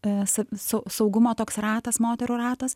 e sa su saugumo toks ratas moterų ratas